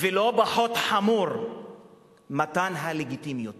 ולא פחות חמור מתן הלגיטימיות